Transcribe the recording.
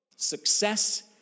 Success